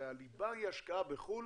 הרי הליבה היא ההשקעה בחו"ל,